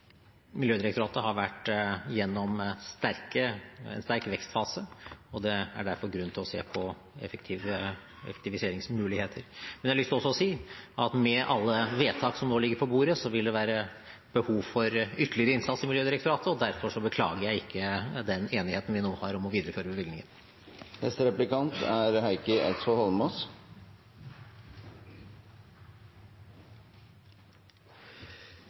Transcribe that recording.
Miljødirektoratet har vært gjennom en sterk vekstfase, og det er derfor grunn til å se på effektiviseringsmuligheter. Men jeg har også lyst til å si at med alle vedtak som nå ligger på bordet, vil det være behov for ytterligere innsats i Miljødirektoratet, og derfor beklager jeg ikke den enigheten vi nå har om å videreføre bevilgningen. La meg begynne med å si at jeg er